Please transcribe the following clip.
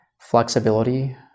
flexibility